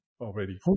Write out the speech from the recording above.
already